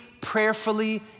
prayerfully